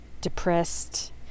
depressed